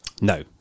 No